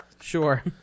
Sure